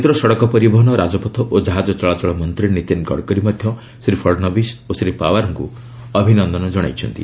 କେନ୍ଦ୍ର ସଡ଼କ ପରିବହନ ରାଜପଥ ଓ ଜାହାଜ ଚଳାଚଳମନ୍ତ୍ରୀ ନୀତିନ ଗଡ଼କରୀ ମଧ୍ୟ ଶ୍ରୀ ଫଡନବିସ ଓ ଶ୍ରୀ ପାୱାରଙ୍କୁ ଅଭିନନ୍ଦନ ଜଣାଇଛନ୍ତି